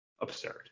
absurd